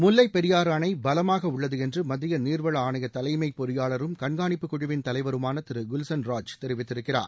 முல்லைப் பெரியாறு அணை பலமாக உள்ளது என்று மத்திய நீர்வள ஆணைய தலைமை பொறியாளரும் கண்காணிப்புக் குழுவின் தலைவருமான திரு குல்சன் ராஜ் தெரிவித்திருக்கிறார்